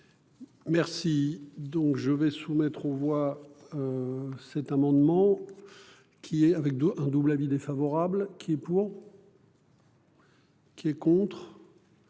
Merci donc je vais soumettre aux voix. Cet amendement. Qui est avec deux un double avis défavorable qui est pour. Qui est contre.